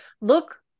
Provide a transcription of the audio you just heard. look